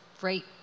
great